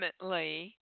ultimately